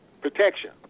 protection